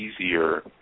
easier